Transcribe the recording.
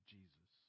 Jesus